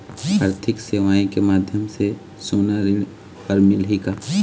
आरथिक सेवाएँ के माध्यम से सोना ऋण हर मिलही का?